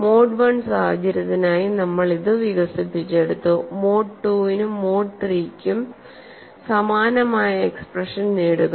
mode I സാഹചര്യത്തിനായി നമ്മൾ ഇത് വികസിപ്പിച്ചെടുത്തു മോഡ് II നും മോഡ് III നും സമാനമായ എക്സ്പ്രഷൻ നേടുക